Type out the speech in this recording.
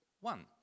one